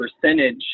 percentage